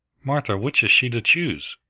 martha, which is she to choose?